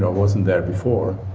wasn't there before.